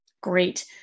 Great